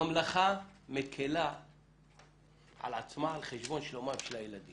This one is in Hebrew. הממלכה מקלה על עצמה על חשבון שלומם של הילדים.